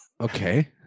Okay